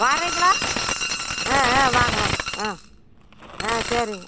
வரீங்களா ஆ ஆ வாங்க வாங்க ஆ சரிங்க